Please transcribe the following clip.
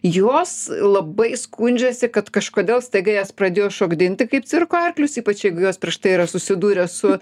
jos labai skundžiasi kad kažkodėl staiga jas pradėjo šokdinti kaip cirko arklius ypač jeigu jos prieš tai yra susidūrę su